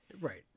Right